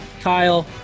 Kyle